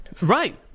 Right